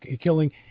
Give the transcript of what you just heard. killing